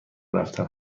رفتن